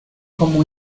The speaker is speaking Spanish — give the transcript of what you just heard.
como